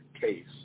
case